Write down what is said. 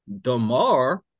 Damar